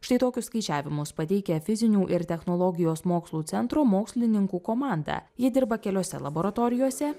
štai tokius skaičiavimus pateikia fizinių ir technologijos mokslų centro mokslininkų komanda ji dirba keliose laboratorijose